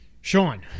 Sean